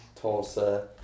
Tulsa